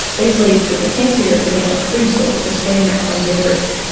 these leaves could potentially represent a food source for stream macroinvertebrates,